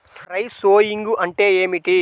Dry sowing అంటే ఏమిటి?